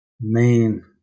main